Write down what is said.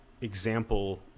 example